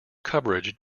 coverage